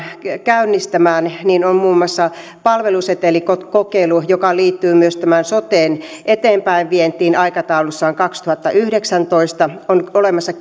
käynnistämään on muun muassa palvelusetelikokeilu joka liittyy myös tämän soten eteenpäinvientiin aikataulussaan kaksituhattayhdeksäntoista lisäksi on olemassa